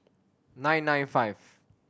nine nine five